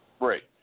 Right